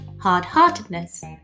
Hard-heartedness